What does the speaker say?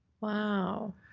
Wow